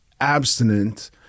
abstinent